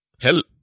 hell